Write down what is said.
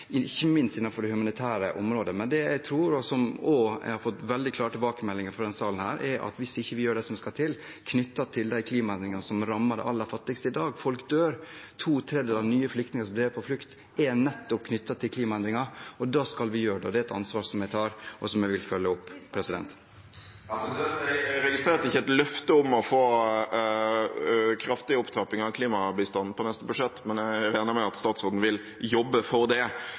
ikke minst på det humanitære området. Men det jeg tror, og som jeg også har fått veldig klare tilbakemeldinger på fra denne salen, er at hvis vi ikke gjør det som skal til knyttet til de klimaendringene som rammer de aller fattigste i dag, vil folk dø. To tredjedeler av nye flyktninger er drevet på flukt nettopp på grunn av klimaendringer. Da skal vi gjøre det. Det er et ansvar jeg tar, og som jeg vil følge opp. Det blir oppfølgingsspørsmål – først Audun Lysbakken. Jeg registrerer at det ikke er et løfte om å få kraftig opptrapping av klimabistanden på neste budsjett, men jeg regner med at statsråden vil jobbe for det.